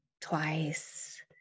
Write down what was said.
twice